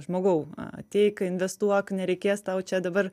žmogau ateik investuok nereikės tau čia dabar